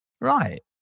right